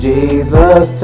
Jesus